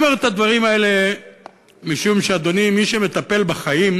אני אומר את הדברים האלה משום מי שמטפל בחיים,